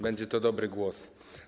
Będzie to dobry głos.